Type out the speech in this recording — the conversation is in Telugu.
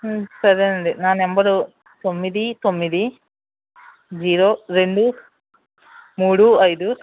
సరే అండి నా నెంబర్ తొమ్మిది తొమ్మిది జీరో రెండు మూడు ఐదు